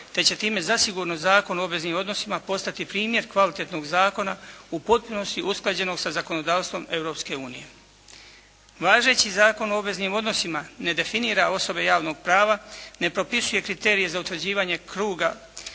te će time zasigurno Zakon o obveznim odnosima postati primjer kvalitetnog zakona u potpunosti usklađenog sa zakonodavstvom Europske unije. Važeći Zakon o obveznim odnosima ne definira osobe javnog prava, ne propisuje kriterije za utvrđivanje kruga